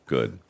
Good